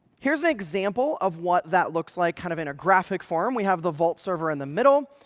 here's an example of what that looks like kind of in a graphic form. we have the vault server in the middle,